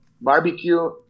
barbecue